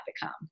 become